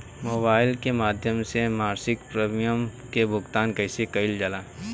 Mobile के माध्यम से मासिक प्रीमियम के भुगतान कैसे कइल जाला?